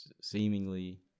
seemingly